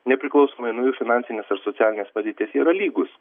nepriklausomai nuo jų finansinės ar socialinės padėties yra lygūs